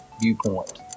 viewpoint